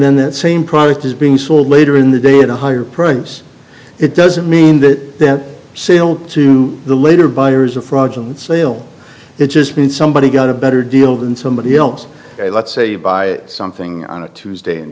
then that same product is being sold later in the day at a higher price it doesn't mean that the sale to the later buyer is a fraudulent sale it just means somebody got a better deal than somebody else let's say you buy something on a tuesday in